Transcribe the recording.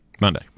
Monday